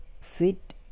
sit